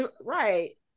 Right